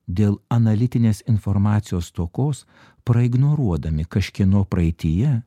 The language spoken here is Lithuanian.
dėl analitinės informacijos stokos praignoruodami kažkieno praeityje